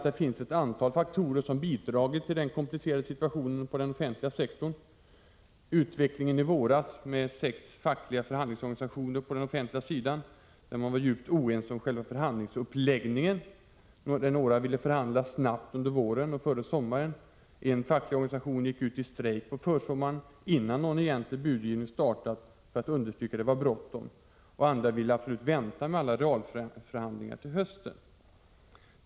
Det finns ett antal faktorer som har bidragit till den komplicerade situationen på den offentliga sektorn. I våras var de sex fackliga förhandlingsorganisationerna på den offentliga sidan djupt oense om själva förhandlingsuppläggningen. Några ville förhandla snabbt under våren och före sommaten. En facklig organisation gick ut i strejk på försommaren innan någon egentlig budgivning hade startat, för att understryka att det var bråttom. Andra ville absolut vänta med alla realförhandlingar till hösten.